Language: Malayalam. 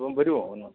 അപ്പം വരുമോ ഒന്ന്